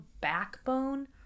backbone